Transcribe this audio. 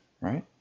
Right